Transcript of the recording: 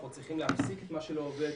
אנחנו צריכים להפסיק את מה שלא עובד,